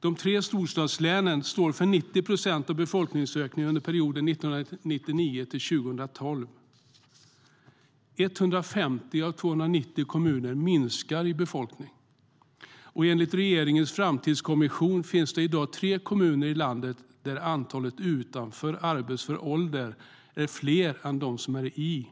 De tre storstadslänen står för 90 procent av befolkningsökningen under perioden 1999-2012. 150 av 290 kommuner minskar i befolkning. Enligt regeringens framtidskommission finns i dag tre kommuner i landet där antalet utanför arbetsför ålder är fler än de som är i.